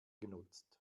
genutzt